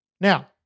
Now